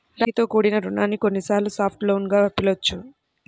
రాయితీతో కూడిన రుణాన్ని కొన్నిసార్లు సాఫ్ట్ లోన్ గా పిలుస్తారు